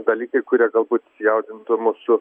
dalykai kurie galbūt jaudintų mūsų